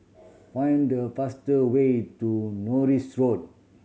find the fast way to Norris Road